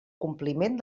compliment